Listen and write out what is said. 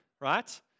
right